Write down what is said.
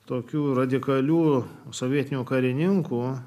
tokių radikalių sovietinių karininkų